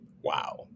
wow